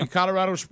Colorado